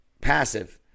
passive